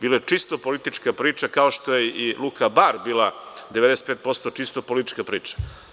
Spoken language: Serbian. Bilo je čisto politička priča, kao što je i Luka Bar 95% čisto politička priča.